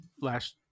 last